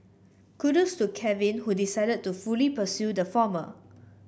kudos Kevin who decided to fully pursue the former